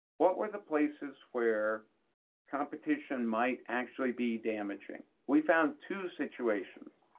what were the places where competition might actually be damaging? we found two situations,